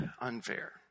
unfair